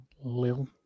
Lil